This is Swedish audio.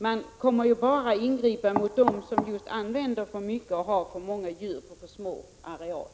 Man kan ju bara ingripa mot dem som använder för mycket och har för många djur på små arealer.